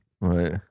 Right